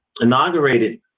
inaugurated